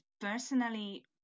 personally